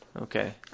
Okay